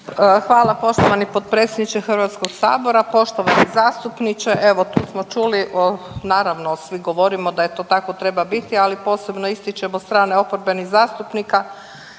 Hvala poštovani potpredsjedniče HS. Poštovani zastupniče, evo tu smo čuli o, naravno svi govorimo da to tako treba biti, ali posebno ističemo strane oporbenih zastupnika da je borba